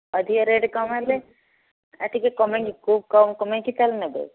ଅଧିକା ରେଟ୍ କମ୍ ହେଲେ ଆଉ ଟିକିଏ କମାଇକି କେଉଁ କମାଇକି ତା'ହେଲେ ନେବେ